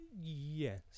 Yes